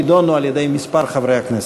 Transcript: יידונו על-ידי כמה חברי כנסת.